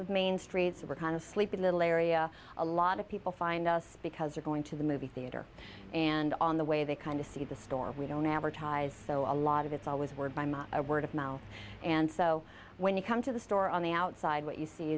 of main street so we're kind of sleepy little area a lot of people find us because they're going to the movie theater and on the way they kind of see the store we don't advertise so a lot of it's always were by my word of mouth and so when you come to the store on the outside what you see